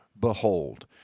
behold